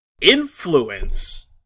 influence